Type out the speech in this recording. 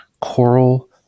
coral